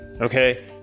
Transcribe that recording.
Okay